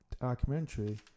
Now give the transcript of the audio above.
documentary